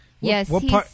Yes